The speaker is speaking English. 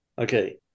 Okay